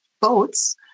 boats